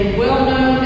well-known